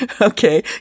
Okay